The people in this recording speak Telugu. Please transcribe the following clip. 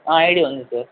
ఐడి ఉంది సార్